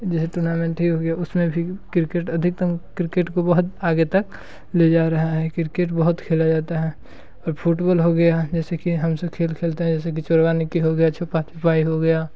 जैसे टूर्नामेंट ही हो गया उस में भी किर्केट अधिकत्तम किर्केट को बहुत आगे तक ले जा रहा है किर्केट बहुत खेला जाता है और फूटबॉल हो गया जैसे कि हम सब खेल खेलते हैं जैसे कि चौड़ी नीति हो गया छुपा छुपाई हो गया